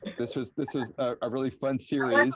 this was this was a really fun series.